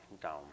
down